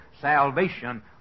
salvation